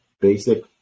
basic